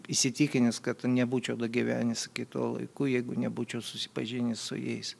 įsitikinęs kad nebūčiau nugyvenęs iki tol laiku jeigu nebūčiau susipažinęs su jais